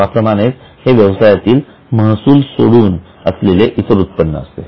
नावाप्रमाणेच हे व्यवसायातील महसूल सोडून असलेले इतर उत्पन्न असते